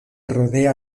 rodea